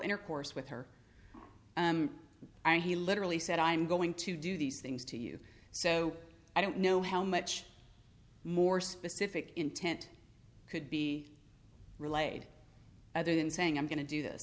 intercourse with her and he literally said i'm going to do these things to you so i don't know how much more specific intent could be relayed other than saying i'm going to do